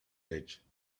edge